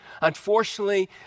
Unfortunately